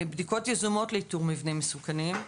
בדיקת יזומות לאיתור מבנים מסוכנים.